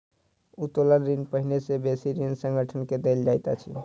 उत्तोलन ऋण पहिने से बेसी ऋणी संगठन के देल जाइत अछि